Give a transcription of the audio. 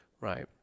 right